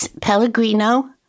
Pellegrino